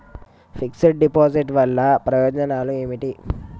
Fix డ్ deposit వల్ల ప్రయోజనాలు ఏమిటి?